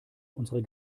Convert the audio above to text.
unserer